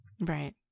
Right